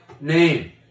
name